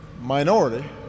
minority